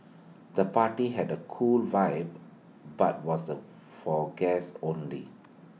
the party had A cool vibe but was the for guests only